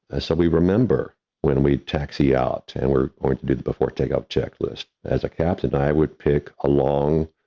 ah so, we remember when we taxi out and we're going before takeoff checklist. as a captain, i would pick a long,